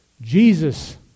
Jesus